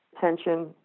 tension